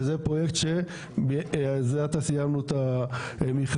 וזה פרויקט שזה עתה סיימנו את המכרז,